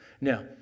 Now